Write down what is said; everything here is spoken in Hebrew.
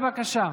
בבקשה.